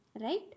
right